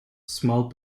small